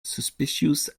suspicious